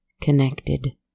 connected